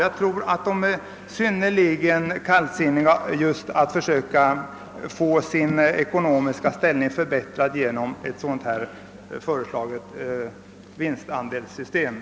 Jag tror att de ställer sig synnerligen kallsinniga till att få sin ekonomiska ställning förbättrad genom ett vinstandelssystem såsom det som har föreslagits.